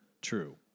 True